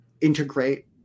integrate